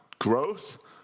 growth